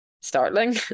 startling